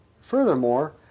Furthermore